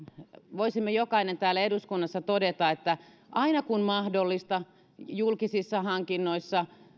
voisimme jokainen täällä eduskunnassa todeta että aina kun mahdollista julkisissa hankinnoissa